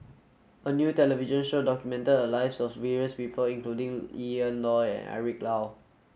a new television show documented the lives of various people including Ian Loy and Eric Low